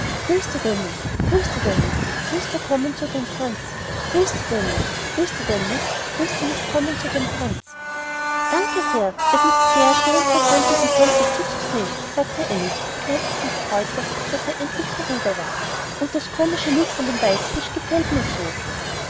willst du denn nicht willst du denn nicht willst du kommen zu dem tanz willst du denn nicht willst du denn nicht willst nicht kommen zu dem tanz danke sehr es ist sehr sehr interessant diesem tanze zuzusehen sagte alice obgleich sie sich freute daß er endlich vorüber war und das komische lied von dem weißfisch gefällt mir so